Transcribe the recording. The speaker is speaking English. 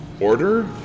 order